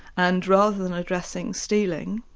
and rather than addressing stealing,